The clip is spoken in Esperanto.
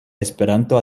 esperanto